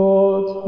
Lord